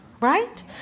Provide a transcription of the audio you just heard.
right